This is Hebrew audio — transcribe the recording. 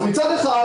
אז מצד אחד